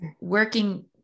working